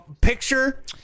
picture